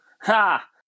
Ha